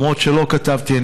למרות שלא כתבתי זאת,